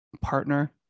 partner